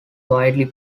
widely